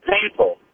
painful